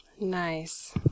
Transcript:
Nice